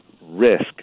risk